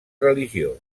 religiós